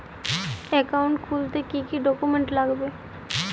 Account খুলতে কি কি ডকুমেন্ট লাগবে?